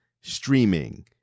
streaming